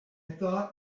thought